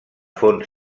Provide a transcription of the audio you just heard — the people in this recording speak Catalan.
font